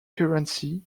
currency